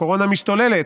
הקורונה משתוללת,